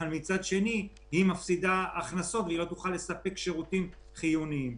אבל מצד שני היא מפסידה הכנסות והיא לא תוכל לספק שירותים חיוניים.